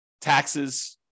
taxes